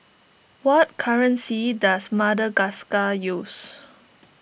what currency does Madagascar use